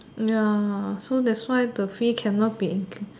ya so that's why the fee cannot be ink